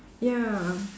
ya